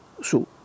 su